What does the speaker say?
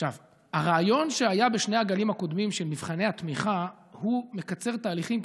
הרעיון של מבחני התמיכה שהיה בשני גלים הקודמים מקצר תהליכים,